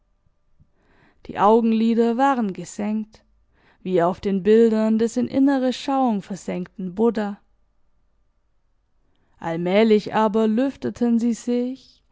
die augenlider waren gesenkt wie auf den bildern des in innere schauung versenkten buddha allmählich aber lüfteten sie sich